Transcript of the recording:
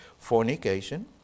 Fornication